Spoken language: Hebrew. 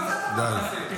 מה זה הדבר הזה?